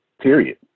period